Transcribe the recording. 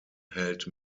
held